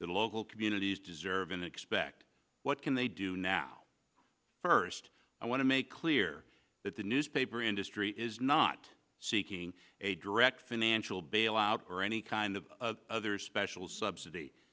that local communities deserve and expect what can they do now first i want to make clear that the newspaper industry is not seeking a direct financial bailout or any kind of other special subsidy